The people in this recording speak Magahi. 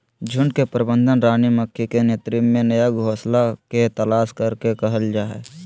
झुंड के प्रबंधन रानी मक्खी के नेतृत्व में नया घोंसला के तलाश करे के कहल जा हई